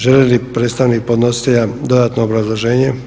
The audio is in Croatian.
Želi li predstavnik podnositelja dodatno obrazloženje?